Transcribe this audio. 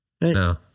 No